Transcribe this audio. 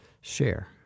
share